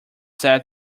set